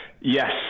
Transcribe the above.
Yes